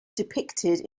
depicted